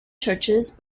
churches